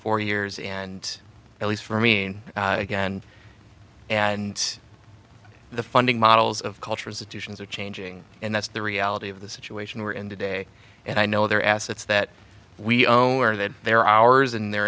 four years and at least for mean again and the funding models of cultures additions are changing and that's the reality of the situation we're in today and i know there are assets that we owe more than they're ours and they're